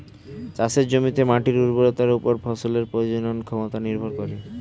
চাষের জমিতে মাটির উর্বরতার উপর ফসলের প্রজনন ক্ষমতা নির্ভর করে